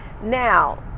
now